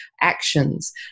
actions